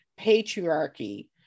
patriarchy